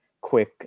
quick